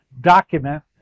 document